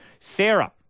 Sarah